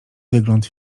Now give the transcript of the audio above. wygląd